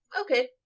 Okay